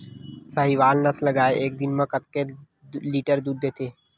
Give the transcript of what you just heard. साहीवल नस्ल गाय एक दिन म कतेक लीटर दूध देथे?